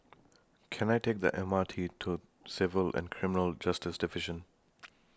Can I Take The M R T to Civil and Criminal Justice Division